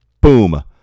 boom